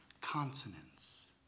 consonants